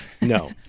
No